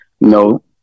no